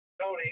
Tony